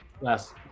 last